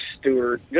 stewart